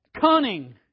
Cunning